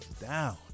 Down